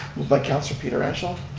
but councillor pietrangelo,